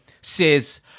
says